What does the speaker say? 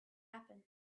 happen